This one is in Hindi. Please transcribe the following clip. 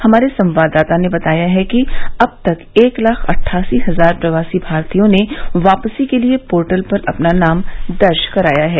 हमारे संवाददाता ने बताया है कि अब तक एक लाख अट्ठासी हजार प्रवासी भारतीयों ने वापसी के लिए पोर्टल पर अपना नाम दर्ज कराया है